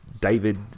David